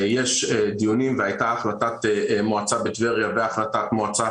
יש דיונים והייתה החלטת מועצה בטבריה והחלטת מועצה